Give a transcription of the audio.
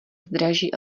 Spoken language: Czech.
zdraží